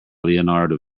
leonardo